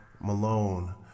Malone